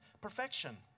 perfection